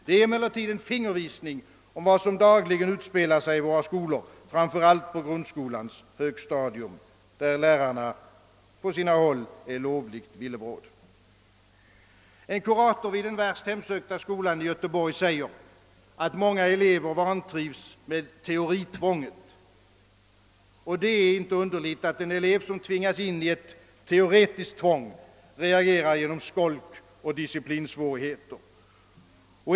Det är emellertid en fingervisning om vad som dagligen utspelar sig i våra skolor, framför allt på grundskolans högstadium där lärarna på sina håll är lovligt villebråd. En kurator vid den värst hemsökta skolan i Göteborg säger, att många elever vantrivs med teoritvånget, och det är inte underligt att en elev som tvingas in i ett teoretiskt tvång reagerar genom skolk och disciplinsvårigheter.